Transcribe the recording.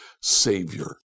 Savior